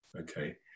okay